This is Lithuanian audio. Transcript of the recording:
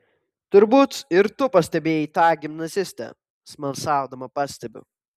turbūt ir tu pastebėjai tą gimnazistę smalsaudama pastebiu